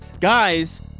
guys